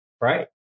Right